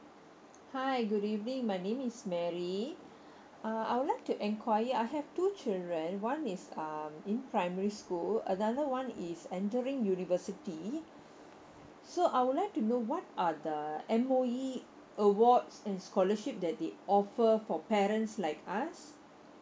hi good evening my name is mary uh I would like to enquire I have two children one is um in primary school another one is entering university so I would like to know what are the M_O_E awards and scholarship that they offered for parents like us